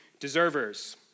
deservers